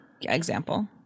example